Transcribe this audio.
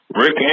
Rick